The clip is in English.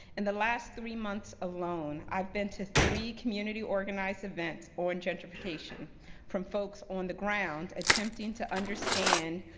in the last three months alone, i've been to three community organized events on gentrification from folks on the ground, attempting to understand